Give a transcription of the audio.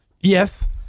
Yes